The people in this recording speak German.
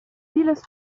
vieles